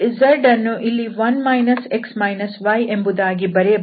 z ಅನ್ನು ಇಲ್ಲಿ 1 x yಎಂಬುದಾಗಿ ಬರೆಯಬಹುದು